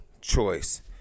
choice